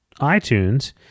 itunes